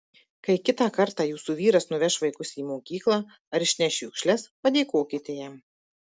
kai kitą kartą jūsų vyras nuveš vaikus į mokyklą ar išneš šiukšles padėkokite jam